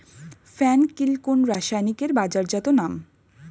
ফেন কিল কোন রাসায়নিকের বাজারজাত নাম?